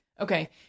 Okay